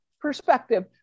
perspective